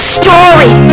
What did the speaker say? story